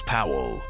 Powell